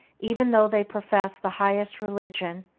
even though they profess the highest religion,